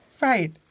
right